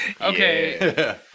Okay